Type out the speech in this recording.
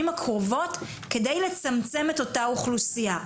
הקרובות כדי לנסות לצמצם את אותה אוכלוסייה.